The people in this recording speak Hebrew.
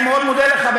אני מאוד מודה לך,